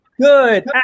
Good